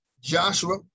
Joshua